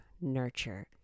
nurture